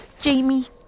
Jamie